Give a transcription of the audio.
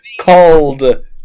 called